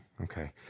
Okay